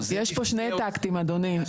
יש פה שני טקטים אדוני.